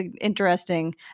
interesting